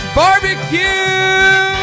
barbecue